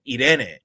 Irene